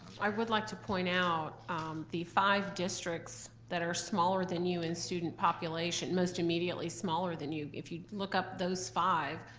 i would like to point out the five districts that are smaller than you in student population, most immediately smaller than you. if you look up those five,